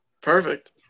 Perfect